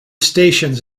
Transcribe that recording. stations